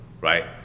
right